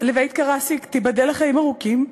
לבית קרסיק, תיבדל לחיים ארוכים,